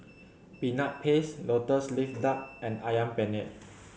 Peanut Paste Lotus Leaf Duck and Ayam Penyet